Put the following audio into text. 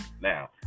Now